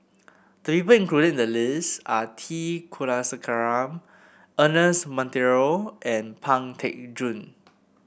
the people included in the list are T Kulasekaram Ernest Monteiro and Pang Teck Joon